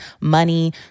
money